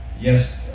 Yes